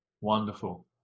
Wonderful